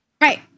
right